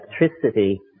electricity